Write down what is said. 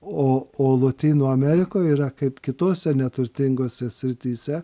o o lotynų amerikoje yra kaip kitose neturtingose srityse